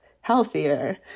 healthier